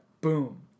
boom